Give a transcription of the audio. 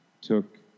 took